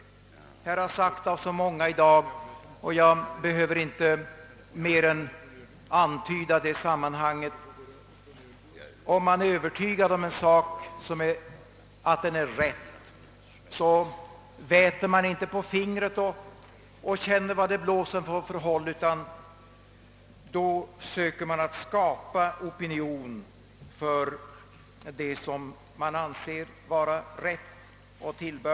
är man Öövertygad om att en sak är rätt, så väter man inte på fingret och känner efter från vilket håll det blåser, utan då försöker man skapa opinion för det som man anser vara rätt och tillbörligt.